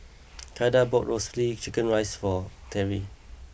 Kylah bought Roasted Chicken Rice for Terrie